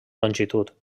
longitud